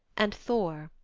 and thor,